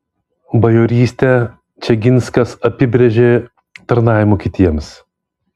bajorystę čeginskas apibrėžė tarnavimu kitiems